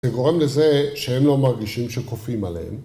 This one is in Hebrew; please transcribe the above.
זה גורם לזה שהם לא מרגישים שכופים עליהם